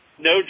no